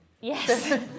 Yes